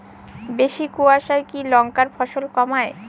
বেশি কোয়াশায় কি লঙ্কার ফলন কমায়?